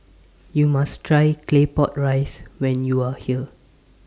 YOU must Try Claypot Rice when YOU Are here